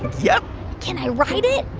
yep can i ride it?